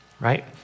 right